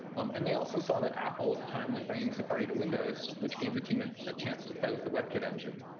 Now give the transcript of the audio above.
um and they also saw that apple at the time was bringing safari to windows, which gave the team and a chance to play with the webkit engine,